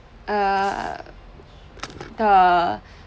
err the